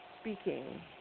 speaking